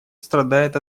страдает